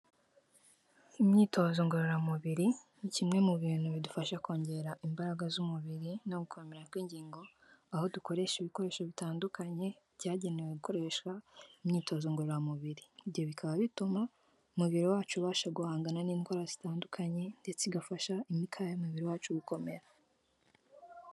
Imyitozo ngororamubiri ni kimwe mu bintu bidufasha kongera imbaraga z'umubiri no gukomera kw'ingingo, aho dukoresha ibikoresho bitandukanye byagenewe gukoresha imyitozo ngororamubiri ibyo bikaba bituma umubiri wacu ubasha guhangana n'indwara zitandukanye ndetse igafasha imikaya y'umubiri wacu gukomera.